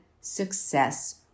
success